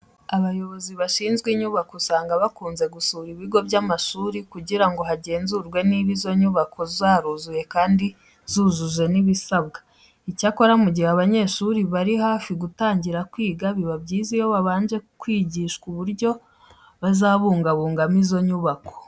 Abayobozi bashinzwe inyubako usanga bakunze gusura ibigo by'amashuri kugira ngo hagenzurwe niba izo nyubako zaruzuye kandi zujuje n'ibisabwa. Icyakora mu gihe abanyeshuri bari hafi gutangira kwiga biba byiza iyo babanje kwigishwa uburyo bazabungabungamo izo nyubako.